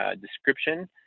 description